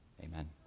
Amen